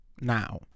now